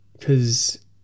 Cause